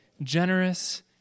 generous